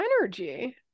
energy